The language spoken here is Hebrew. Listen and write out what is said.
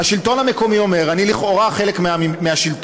השלטון המקומי אומר: אני לכאורה חלק מהשלטון,